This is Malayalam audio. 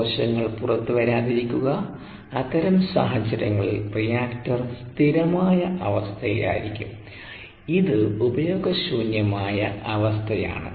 കോശങ്ങൾ പുറത്തുവരാതിരിക്കുക അത്തരം സാഹചര്യങ്ങളിൽ റിയാക്ടർ സ്ഥിരമായ അവസ്ഥയായിരിക്കും ഇത് ഉപയോഗശൂന്യമായ അവസ്ഥയാണ്